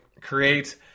create